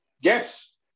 Yes